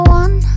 one